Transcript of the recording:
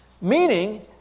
Meaning